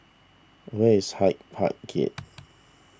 where is Hyde Park Gate